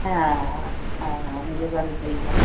हा हा हा हा मुंहिंजो घर उते ई आहे